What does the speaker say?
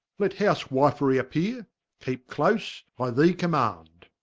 let huswiferie appeare keepe close, i thee command